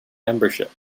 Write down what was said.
membership